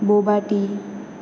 boba tea